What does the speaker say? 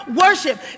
worship